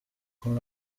con